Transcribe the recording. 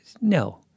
No